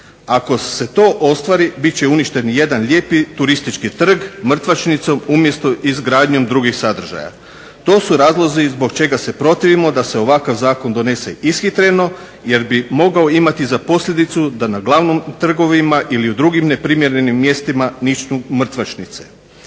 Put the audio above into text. Ako se to ostvari bit će uništen jedan lijepi turistički trg mrtvačnicom umjesto izgradnjom drugih sadržaja. To su razlozi zbog čega se protivimo da se ovakav zakon donese ishitreno jer bi mogao imati za posljedicu da na glavnim trgovima ili u drugim neprimjerenim mjestima niču mrtvačnice.